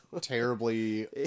Terribly